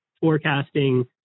forecasting